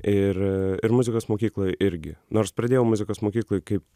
ir ir muzikos mokykloj irgi nors pradėjau muzikos mokykloj kaip